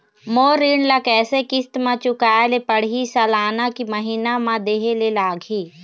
मोर ऋण ला कैसे किस्त म चुकाए ले पढ़िही, सालाना की महीना मा देहे ले लागही?